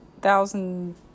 thousand